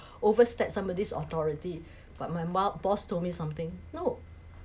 overstep somebody's authority but my bo~ boss told me something no